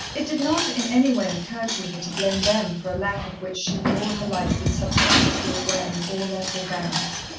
it did not in any way occur to her to blame them for a lack of which she had all her life been subconsciously aware in all their forbearance.